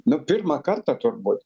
nu pirmą kartą turbūt